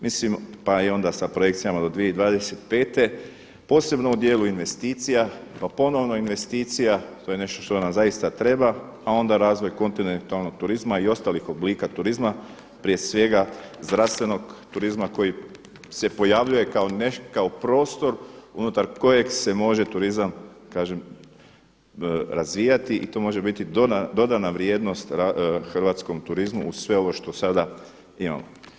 Mislim pa i onda sa projekcijama do 2025. posebno u djelu investicija, pa ponovno investicija to je nešto što nam zaista treba a onda razvoj kontinentalnog turizma i ostalih oblika turizma prije svega zdravstvenog turizma koji se pojavljuje kao prostor unutar kojeg se može turizam kažem razvijati i to može biti dodana vrijednost hrvatskom turizmu uz sve ovo što sada imamo.